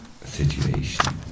situation